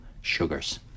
sugars